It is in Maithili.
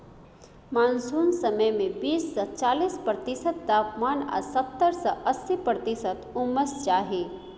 मानसुन समय मे बीस सँ चालीस प्रतिशत तापमान आ सत्तर सँ अस्सी प्रतिशत उम्मस चाही